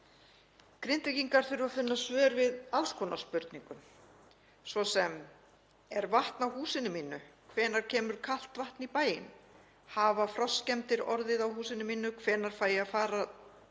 Grindvíkingar þurfa að finna svör við alls konar spurningum, svo sem: Er vatn á húsinu mínu? Hvenær kemur kalt vatn í bæinn? Hafa frostskemmdir orðið á húsinu mínu? Hvenær fæ ég að fara